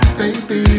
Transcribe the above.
baby